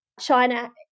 China